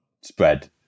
spread